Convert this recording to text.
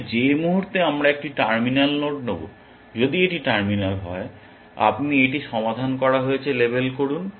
কিন্তু যে মুহূর্তে আমরা একটি টার্মিনাল নোড নেব যদি এটি টার্মিনাল হয় আপনি এটি সমাধান করা হয়েছে লেবেল করুন